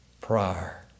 prior